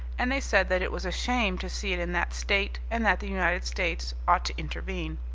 and they said that it was a shame to see it in that state and that the united states ought to intervene.